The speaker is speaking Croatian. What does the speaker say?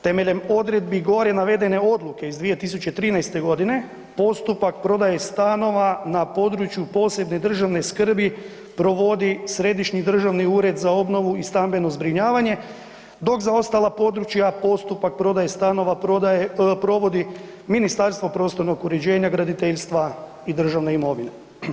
Temeljem odredbi gore navedene odluke iz 2013. g. postupak prodaje stanova na području posebne državne skrbi provodi središnji državni ured za obnovu i stambeno zbrinjavanje, dok za ostala područja postupak prodaje stanova prodaje, provodi Ministarstvo prostornog uređenja, graditeljstva i državne imovine.